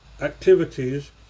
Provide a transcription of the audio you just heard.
activities